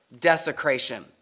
desecration